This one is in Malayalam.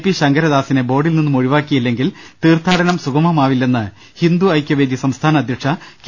പി ശങ്കർദാ സിനെ ബോർഡിൽ നിന്നും ഒഴിവാക്കിയില്ലെങ്കിൽ തീർത്ഥാടനം സുഗമമാവില്ലെന്ന് ഹിന്ദു ഐക്യവേദി സംസ്ഥാന അധ്യക്ഷ കെ